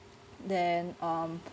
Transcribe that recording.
then um